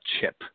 chip